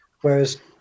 whereas